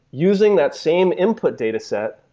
using that same input dataset,